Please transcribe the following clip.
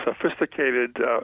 sophisticated